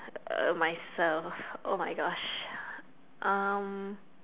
uh myself !oh-my-Gosh! um